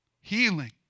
Healing